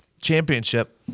championship